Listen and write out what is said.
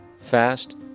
fast